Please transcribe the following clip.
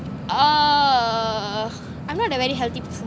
uh I'm not a very healthy person